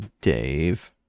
dave